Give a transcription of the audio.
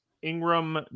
ingram